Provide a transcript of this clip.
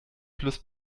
plus